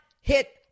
hit